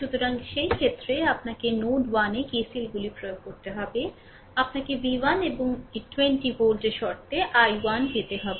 সুতরাং এই ক্ষেত্রে আপনাকে নোড 1 এ KCL গুলি প্রয়োগ করতে হবে আপনাকে v1 এবং এই 20 ভোল্টের শর্তে i1 পেতে হবে